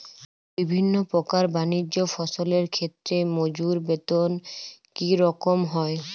বিভিন্ন প্রকার বানিজ্য ফসলের ক্ষেত্রে মজুর বেতন কী রকম হয়?